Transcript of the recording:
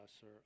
sir